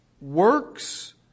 works